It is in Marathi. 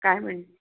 काय म्हण